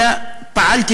אלא פעלתי,